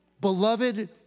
beloved